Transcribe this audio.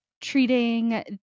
treating